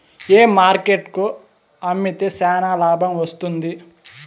ఏ market కు అమ్మితే చానా లాభం వస్తుంది?